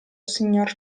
signor